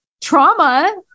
trauma